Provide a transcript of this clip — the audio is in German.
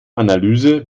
analyse